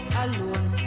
alone